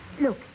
look